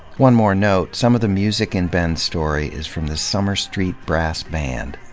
one more note some of the music in ben's story is from the summer street brass band,